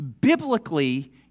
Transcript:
Biblically